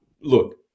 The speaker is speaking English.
Look